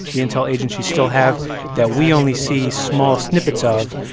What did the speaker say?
the intel agencies still have that we only see small snippets of.